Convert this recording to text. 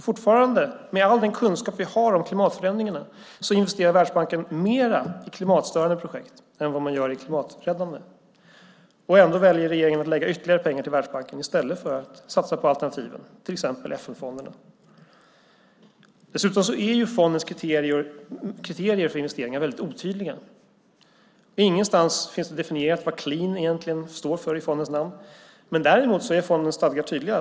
Fortfarande, med all den kunskap vi har om klimatförändringarna, investerar Världsbanken mer i klimatstörande projekt än vad man gör i klimaträddande. Ändå väljer regeringen att lägga ytterligare pengar till Världsbanken i stället för att satsa på alternativen, till exempel FN-fonderna. Dessutom är fondens kriterier för investeringar väldigt otydliga. Ingenstans finns det definierat vad clean egentligen står för i fondens namn. Däremot är fondens stadgar tydliga.